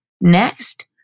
Next